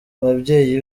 ababyeyi